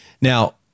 Now